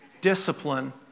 discipline